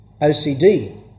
OCD